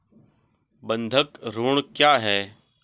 बंधक ऋण क्या है?